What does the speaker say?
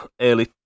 early